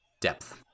depth